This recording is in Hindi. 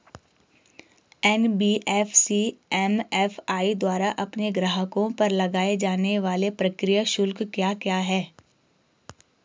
एन.बी.एफ.सी एम.एफ.आई द्वारा अपने ग्राहकों पर लगाए जाने वाले प्रक्रिया शुल्क क्या क्या हैं?